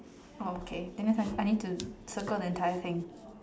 oh okay that means I I need to circle the entire thing